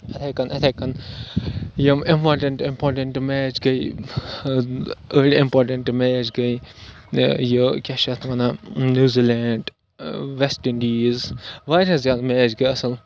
یِتھَے کٔن یِتھَے کٔن یِم اِمپاٹنٛٹ اِمپاٹنٛٹ میچ گٔے أڑۍ اِمپاٹنٛٹ میچ گٔے یہِ یہِ کیٛاہ چھِ اَتھ وَنان نِو زِلینٛڈ وٮ۪سٹ اِنڈیٖز واریاہ زیادٕ میچ گٔے اَصٕل